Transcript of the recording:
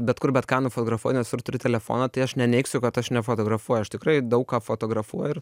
bet kur bet ką nufotografuot nes visur turi telefoną tai aš neneigsiu kad aš nefotografuoju aš tikrai daug ką fotografuoju ir